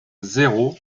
zéro